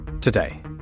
Today